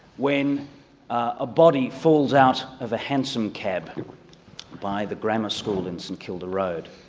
when a body falls out of a hansom cab by the grammar school in st kilda road.